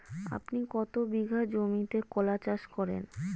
আপনি কত বিঘা জমিতে কলা চাষ করেন?